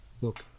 Look